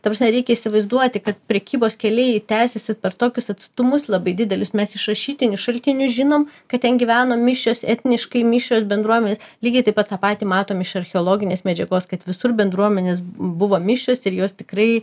ta prasme reikia įsivaizduoti kad prekybos keliai tęsėsi per tokius atstumus labai didelius mes iš rašytinių šaltinių žinom kad ten gyveno mišrios etniškai mišrios bendruomenės lygiai taip pat tą patį matom iš archeologinės medžiagos kad visur bendruomenės buvo mišrios ir jos tikrai